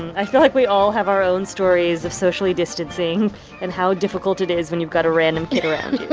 i feel like we all have our own stories of socially distancing and how difficult it is when you've got a random kid around you